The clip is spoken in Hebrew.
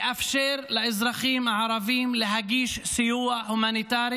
לאפשר לנו, לאזרחים הערבים, להגיש סיוע הומניטרי